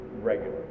regular